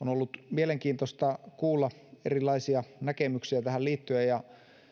mielenkiintoista kuulla erilaisia näkemyksiä tähän liittyen ja